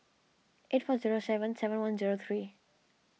eight four zero seven seven one zero three